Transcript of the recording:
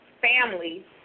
families